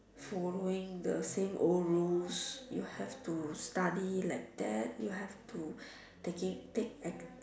following the same old rule you have to study like that you have to taking take